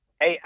Hey